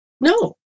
no